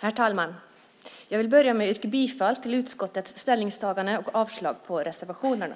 Herr talman! Jag vill börja med att yrka bifall till utskottets förslag och avslag på reservationerna.